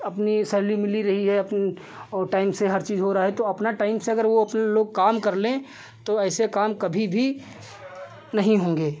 अपनी सैलरी मिल ही रही है तो और टाइम से हर चीज़ हो रहा है तो अपना टाइम से अगर वह अपने लोग काम कर लें तो ऐसे काम कभी भी नहीं होंगे